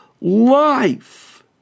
life